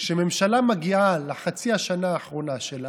כשממשלה מגיעה לחצי שנה האחרונה שלה,